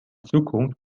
zukunft